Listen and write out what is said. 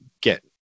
get